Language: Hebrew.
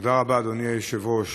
תודה רבה, אדוני היושב-ראש.